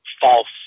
false